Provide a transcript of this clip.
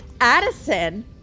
Addison